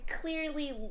clearly